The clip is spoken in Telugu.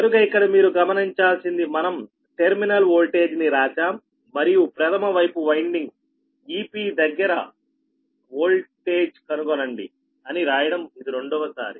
కనుక ఇక్కడ మీరు గమనించాల్సింది మనం టెర్మినల్ వోల్టేజ్ ని రాశాం మరియు ప్రధమ వైపు వైన్డింగ్ Ep దగ్గర ఓల్టేజ్ కనుగొనండి అని రాయడం ఇది రెండవ సారి